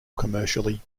commercially